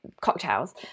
cocktails